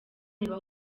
ibahe